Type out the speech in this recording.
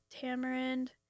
tamarind